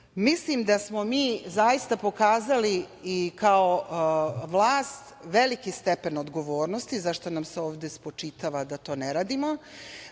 da smo mi zaista pokazali i kao vlast veliki stepen odgovornosti, zašta nam se ovde spočitava da to ne radimo,